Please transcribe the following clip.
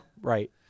Right